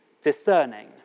discerning